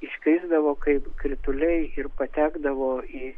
iškrisdavo kaip krituliai ir patekdavo į